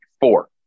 four